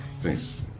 Thanks